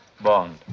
Bond